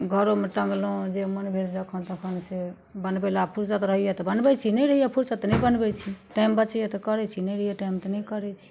घरोमे टङ्गलहुँ जे मन भेल जखन तखन से बनबै ला आब फुर्सत रहैए तऽ बनबै छी आ नहि रहैए फुर्सत तऽ नहि बनबैत छी टाइम बचैए तऽ करैत छी नहि रहैए टाइम तऽ नहि करैत छी